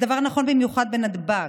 הדבר נכון במיוחד בנתב"ג,